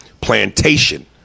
plantation